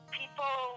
people